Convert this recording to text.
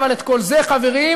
אבל את כל זה, חברים,